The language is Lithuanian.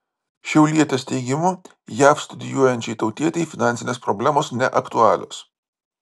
šiaulietės teigimu jav studijuojančiai tautietei finansinės problemos neaktualios